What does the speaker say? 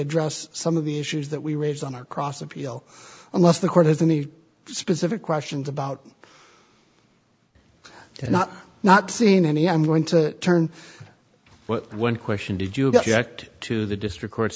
address some of the issues that we raise on across appeal unless the court has any specific questions about not not seen any i'm going to turn one question did you get to the district court's